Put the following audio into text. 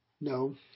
no